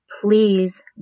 please